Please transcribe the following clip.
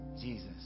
Jesus